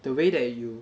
the way that you